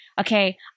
okay